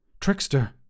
Trickster